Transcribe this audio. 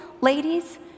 ladies